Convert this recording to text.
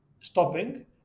stopping